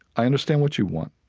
i understand what you want.